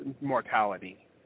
mortality